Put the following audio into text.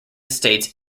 states